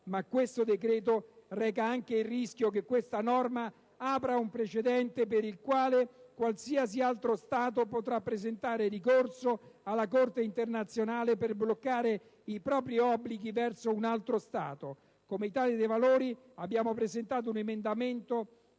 ma il decreto reca anche il rischio che questa norma apra un precedente per il quale qualsiasi altro Stato potrà presentare ricorso alla Corte internazionale per bloccare i propri obblighi verso un altro Stato. Come Italia dei Valori abbiamo presentato un emendamento